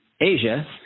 Asia